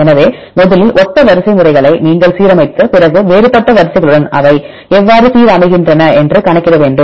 எனவே முதலில் ஒத்த வரிசைமுறைகளை சீரமைத்து பிறகு வேறுபட்ட வரிசைகளுடன் அவை எவ்வாறு சீர் அமைகின்றன என்று கணக்கிட வேண்டும்